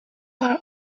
our